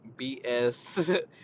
BS